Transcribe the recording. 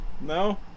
No